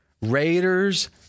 Raiders